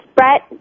Brett